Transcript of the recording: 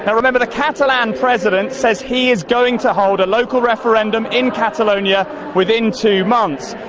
but remember, the catalan president says he is going to hold a local referendum in catalonia within two months.